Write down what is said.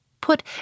put